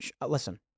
listen